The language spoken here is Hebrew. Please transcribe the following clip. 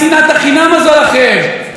אני גר באריאל כל חיי,